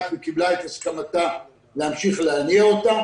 וקיבלה את הסכמתה להמשיך להניע אותה